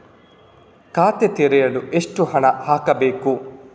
ಖಾತೆ ತೆರೆಯಲು ಎಷ್ಟು ಹಣ ಹಾಕಬೇಕು?